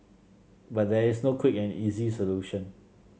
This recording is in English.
but there is no quick and easy solution